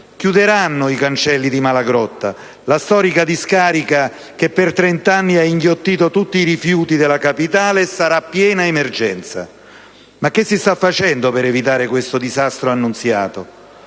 chiuderanno i cancelli di Malagrotta, la storica discarica che per trent'anni ha inghiottito tutti i rifiuti della capitale, e sarà piena emergenza. Ma cosa si sta facendo per evitare questo disastro annunciato?